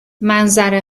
منظره